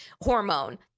hormone